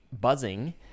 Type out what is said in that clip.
buzzing